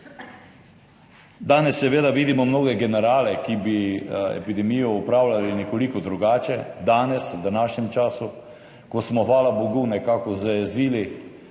Danes seveda vidimo mnoge generale, ki bi epidemijo upravljali nekoliko drugače. Danes, v današnjem času, ko smo, hvala bogu, nekako zajezili